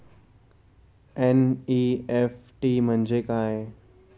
NEFT म्हणजे काय?